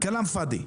כלאם פאדי.